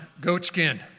goatskin